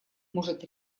может